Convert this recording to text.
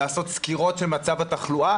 לעשות סקירות של מצב התחלואה?